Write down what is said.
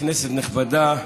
כנסת נכבדה,